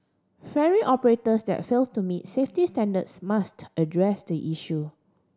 ferry operators that fail to meet safety standards must address the issue